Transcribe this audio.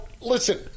listen